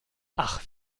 ach